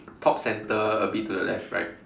top center a bit to the left right